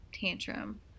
tantrum